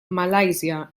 malàisia